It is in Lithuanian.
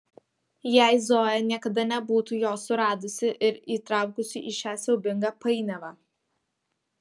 jei zoja niekada nebūtų jo suradusi ir įtraukusi į šią siaubingą painiavą